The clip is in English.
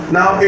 Now